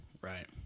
Right